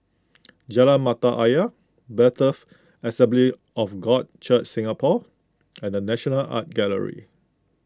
Jalan Mata Ayer Bethel Assembly of God Church Singapore and the National Art Gallery